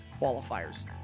qualifiers